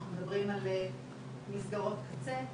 אנחנו מדברים על מסגרות קצה,